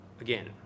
Again